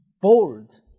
Bold